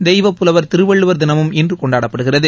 தெய்வப்புலவர் திருவள்ளுவர் தினமும் இன்று கொண்டாடப்படுகிறது